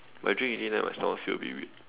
but I drink already then my stomach feel a bit weird